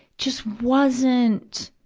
just wasn't,